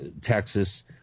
Texas